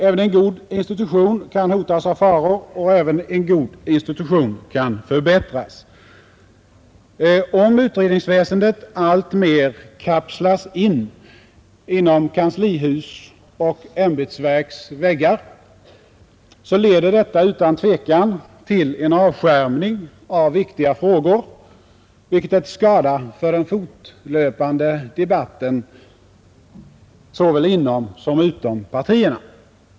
Även en god institution kan hotas av faror och även en god institution kan förbättras. Om utredningsväsendet alltmer kapslas in inom kanslihusets och ämbetsverkens väggar, så leder detta utan tvivel till en avskärmning av viktiga frågor, vilket är till skada för den fortlöpande debatten såväl inom som utom partierna.